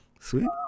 sweet